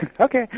Okay